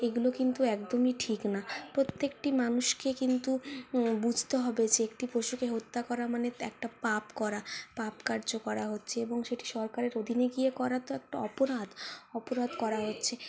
এগুলো কিন্তু একদমই ঠিক না প্রত্যেকটি মানুষকে কিন্তু বুঝতে হবে যে একটি পশুকে হত্যা করা মানে একটা পাপ করা পাপকার্য করা হচ্ছে এবং সেটি সরকারের অধীনে গিয়ে করা তো একটা অপরাধ অপরাধ করা হচ্ছে